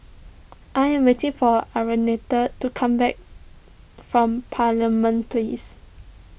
I am waiting for to come back from Parliament Place